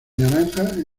naranja